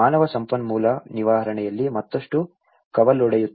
ಮಾನವ ಸಂಪನ್ಮೂಲ ನಿರ್ವಹಣೆಯಲ್ಲಿ ಮತ್ತಷ್ಟು ಕವಲೊಡೆಯುತ್ತದೆ